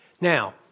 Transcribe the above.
Now